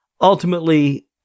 ultimately